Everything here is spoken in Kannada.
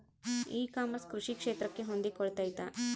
ಇ ಕಾಮರ್ಸ್ ಕೃಷಿ ಕ್ಷೇತ್ರಕ್ಕೆ ಹೊಂದಿಕೊಳ್ತೈತಾ?